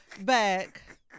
back